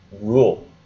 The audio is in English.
rule